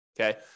okay